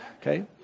okay